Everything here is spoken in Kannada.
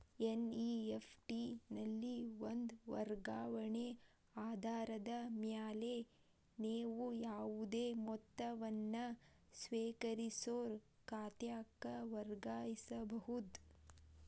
ಎನ್.ಇ.ಎಫ್.ಟಿ ನಲ್ಲಿ ಒಂದ ವರ್ಗಾವಣೆ ಆಧಾರದ ಮ್ಯಾಲೆ ನೇವು ಯಾವುದೇ ಮೊತ್ತವನ್ನ ಸ್ವೇಕರಿಸೋರ್ ಖಾತಾಕ್ಕ ವರ್ಗಾಯಿಸಬಹುದ್